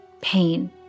pain